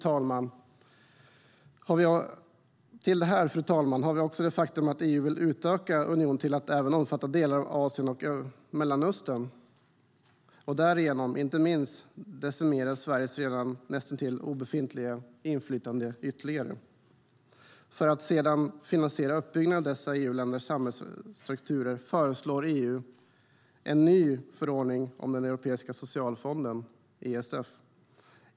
Till det här, fru talman, har vi också det faktum att EU vill utöka unionen till att omfatta även delar av Asien och Mellanöstern och därigenom, inte minst, decimera Sveriges redan näst intill obefintliga inflytande ytterligare. För att sedan finansiera uppbyggnaden av dessa u-länders samhällsstrukturer föreslår EU en ny förordning om Europeiska socialfonden, ESF.